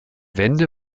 wende